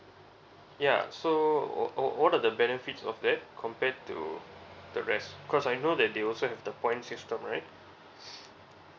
ya so what what what are the benefits of that compared to the rest cause I know that they also have the points system right